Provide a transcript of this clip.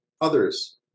others